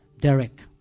Derek